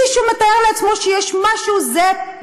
מישהו מתאר לעצמו שיש משהו זהה,